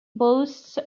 boasts